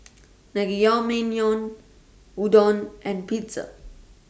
Naengmyeon Udon and Pizza